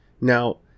Now